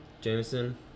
jameson